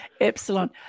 epsilon